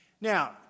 Now